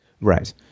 right